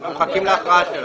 אנחנו מחכים להכרעה שלה.